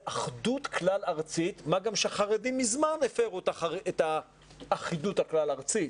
אחדות כלל לארצית מה גם שהחרדים מזמן הפרו את האחידות הכלל ארצית.